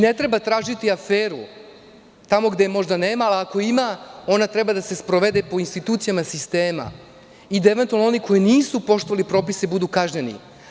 Ne treba tražiti aferu tamo gde je možda nema, a ako je ima, ona treba da se sprovede po institucijama sistema i da eventualno oni koji nisu poštovali propise budu kažnjeni.